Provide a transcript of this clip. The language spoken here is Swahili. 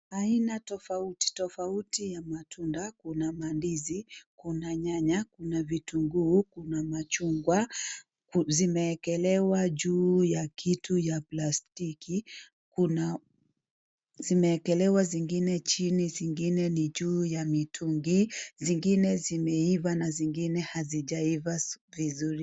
Aina tofauti tofauti ya matunda. Kuna mandizi, kuna nyanya, kuna vitunguu, kuna machungwa, zimewekelewa juu ya kitu ya plastiki. Zimewekelewa zingine chini, zingine ni juu ya mitungi, zingine zimeiva na zingine hazijaiva vizuri.